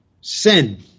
Sin